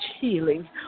healing